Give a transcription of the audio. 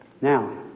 Now